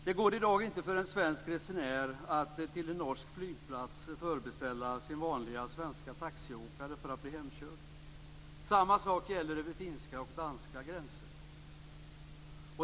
Det går i dag inte för en svensk resenär att till en norsk flygplats förbeställa sin vanliga svenska taxiåkare för att bli hemkörd. Samma sak gäller över finska och danska gränser.